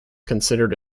considered